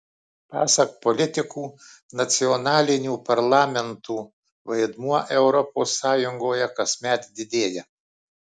pasak politikų nacionalinių parlamentų vaidmuo europos sąjungoje kasmet didėja